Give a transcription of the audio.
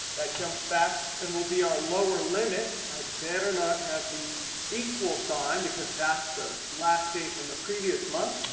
that jumps back and will be our lower limit. i'd better not have the equal sign, because that's the last day from the previous month.